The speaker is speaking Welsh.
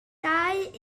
dau